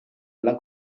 alla